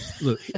Look